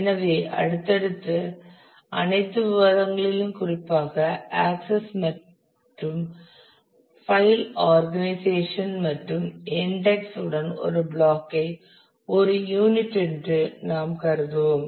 எனவே அடுத்தடுத்த அனைத்து விவாதங்களிலும் குறிப்பாக ஆக்சஸ் மற்றும் பைல் ஆர்கனைஷயேசன் மற்றும் இன்டெக்ஸ் உடன் ஒரு பிளாக் ஐ ஒரு யூனிட் என்று நாம் கருதுவோம்